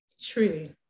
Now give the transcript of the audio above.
Truly